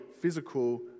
physical